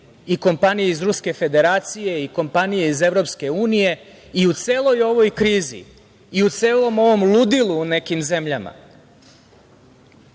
i kompanije iz Ruske Federacije i kompanije iz EU.U celoj ovoj krizi, u celom ovom ludilu u nekim zemljama